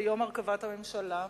ביום הרכבת הממשלה,